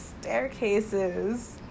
staircases